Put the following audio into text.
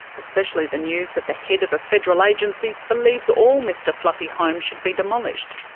especially the news that the head of a federal agency believes all mr fluffy homes should be demolished.